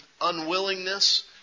unwillingness